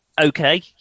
Okay